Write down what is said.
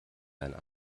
deinen